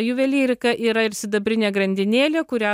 juvelyrika yra ir sidabrinė grandinėlė kurią